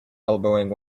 elbowing